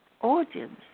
audience